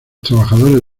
trabajadores